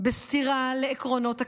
בסתירה לעקרונות הכלליות,